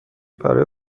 برای